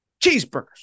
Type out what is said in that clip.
cheeseburgers